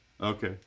Okay